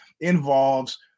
involves